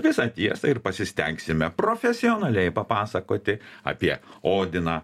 visą tiesą ir pasistengsime profesionaliai papasakoti apie odiną